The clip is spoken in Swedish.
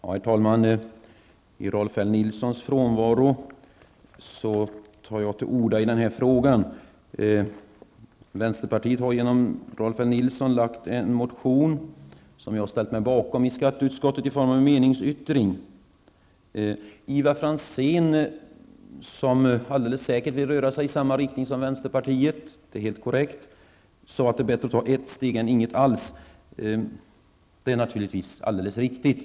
Herr talman! I Rolf L Nilsons frånvaro tar jag till orda i denna fråga. Rolf L Nilson från vänsterpartiet har väckt en motion som jag har ställt mig bakom i form av en meningsyttring. Ivar Franzén, som alldeles säkert vill röra sig i samma riktning som vänsterpartiet, och det är helt korrekt, sade att det är bättre att ta ett steg än inget alls. Det är naturligtvis helt riktigt.